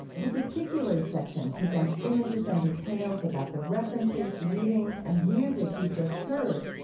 the particulars section presents images and details about the references, readings and music you've just heard,